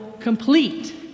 complete